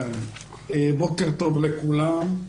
בוקר טוב לכולם.